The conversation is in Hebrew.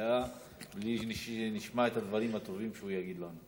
המליאה בלי שנשמע את הדברים הטובים שהוא יגיד לנו.